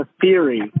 theory